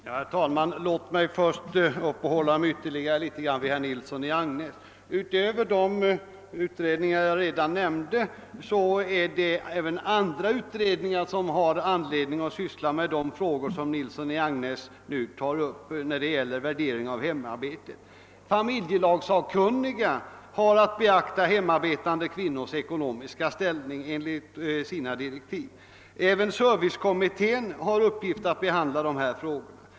Herr talman! Låt mig först uppehålla mig ytterligare litet vid vad herr Nilsson i Agnäs sade. Utöver de utredningar jag redan nämnt har även andra utredningar anledning att syssla med de frågor som herr Nilsson i Agnäs tar upp när det gäller värdering av hemarbetet. Familjelagssakkunniga har att beakta hemarbetande kvinnors ekonomiska ställning enligt sina direktiv. Även servicekommittén har till uppgift att. behandla dessa frågor.